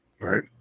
right